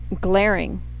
glaring